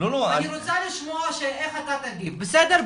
אני רוצה לשמוע איך אתה תגיב, בסדר?